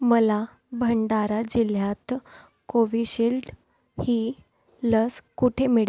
मला भंडारा जिल्ह्यात कोविशिल्ड ही लस कुठे मिळेल